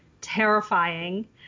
terrifying